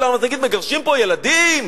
כשאני נמצא בלשכה שלי בשכונת התקווה ואני